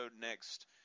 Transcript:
next